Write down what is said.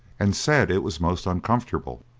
and said it was most uncomfortable.